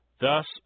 Thus